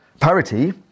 Parity